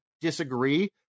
disagree